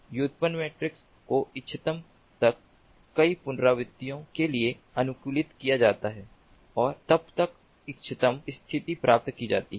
व्युत्पन्न मैट्रिक्स को इष्टतम तक कई पुनरावृत्तियों के लिए अनुकूलित किया जाता है और तब तक इष्टतम स्थिति प्राप्त की जाती है